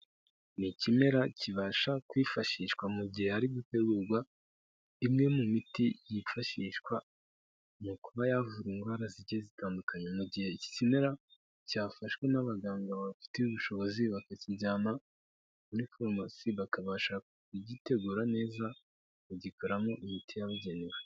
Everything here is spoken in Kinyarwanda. Ni ikimera kibasha kwifashishwa mu gihe hari gutegurwa imwe mu miti yifashishwa mu kuba yavura indwara zigiye zitandukanye mu gihe iki kimera cyafashwe n'abaganga babifitiye ubushobozi bakakijyana muri promasi bakabasha kugitegura neza bagikoramo imiti yabugenewe.